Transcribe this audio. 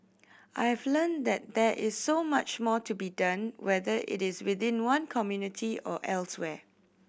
I have learnt that there is so much more to be done whether it is within one community or elsewhere